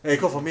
mmhmm